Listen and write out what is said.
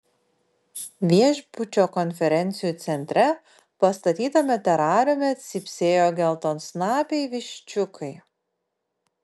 viešbučio konferencijų centre pastatytame terariume cypsėjo geltonsnapiai viščiukai